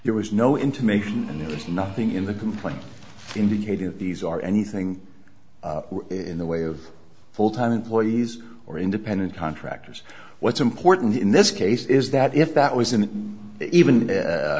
there was no intimation and there's nothing in the complaint indicated these are anything in the way of full time employees or independent contractors what's important in this case is that if that was an even